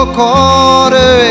quarter